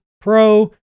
Pro